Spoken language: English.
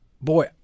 boy